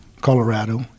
Colorado